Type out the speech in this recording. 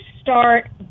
start